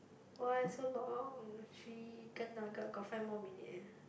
why so long chicken nugget got five more minute eh